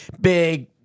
big